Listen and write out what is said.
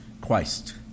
Christ